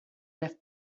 left